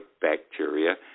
bacteria